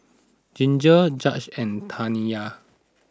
Ginger Judge and Taniya